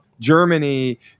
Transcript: Germany